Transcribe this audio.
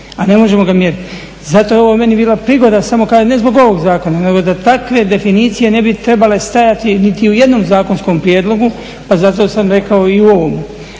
a ne možemo ga mjeriti. Zato je ovo meni bila prigoda, ne zbog ovog zakona nego da takve definicije ne bi trebale stajati niti u jednom zakonskom prijedlogu pa zato sam rekao i u ovom,